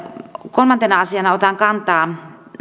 kolmantena asiana otan kantaa